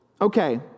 okay